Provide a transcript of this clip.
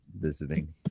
visiting